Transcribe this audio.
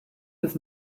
bis